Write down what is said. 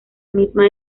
misma